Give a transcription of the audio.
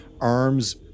arms